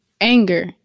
anger